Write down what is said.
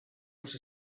los